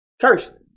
Cursed